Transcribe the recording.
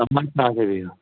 اَچھا بِہِو